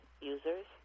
users